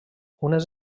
unes